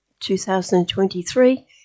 2023